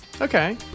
Okay